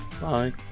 bye